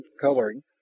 coloring